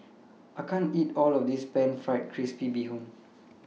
I can't eat All of This Pan Fried Crispy Bee Hoon